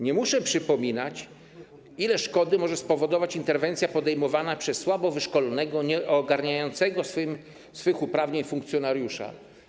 Nie muszę przypominać, ile szkody może spowodować interwencja podejmowana przez słabo wyszkolonego, nieogarniającego swych uprawnień funkcjonariusza.